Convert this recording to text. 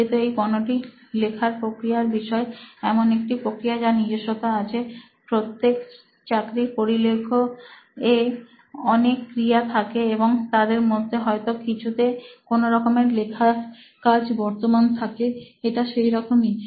যেহেতু এই পণ্যটি লিখার প্রক্রিয়ার বিষয়ে এমন একটি প্রক্রিয়া যার নিজস্বতা আছে প্রত্যেক চাকরির পরিলেখ এ অনেক ক্রিয়া থাকে এবং তাদের মধ্যে হয়তো কিছুতে কোন রকমের লেখার কাজ বর্তমান থাকে এটা সেই রকমই